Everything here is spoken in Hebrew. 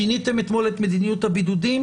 שיניתם אתמול את מדיניות הבידודים.